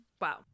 Wow